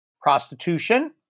prostitution